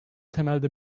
temelde